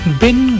bin